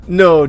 no